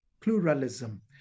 pluralism